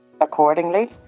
Accordingly